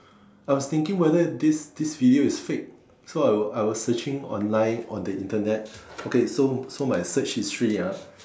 I was thinking whether this this video is fake so I was I was searching online on the Internet okay so so my search history ah